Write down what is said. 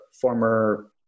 former